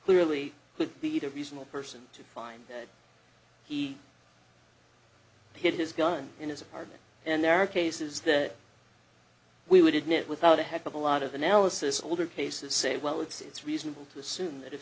clearly would be to a reasonable person to find that he hid his gun in his apartment and there are cases that we would admit without a heck of a lot of analysis older cases say well it's reasonable to assume that if